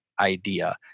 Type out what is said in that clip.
idea